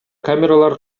камералар